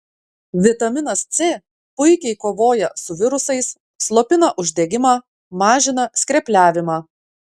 vitaminas c puikiai kovoja su virusais slopina uždegimą mažina skrepliavimą